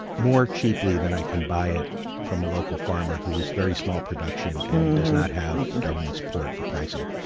more cheaply than i can buy it from a local farmer who has a very small production and does not have government support for pricing.